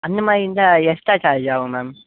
அந்த மாதிரி இருந்தால் எக்ஸ்ட்ரா சார்ஜ் ஆவும் மேம்